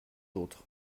d’autre